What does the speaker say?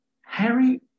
Harry